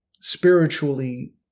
spiritually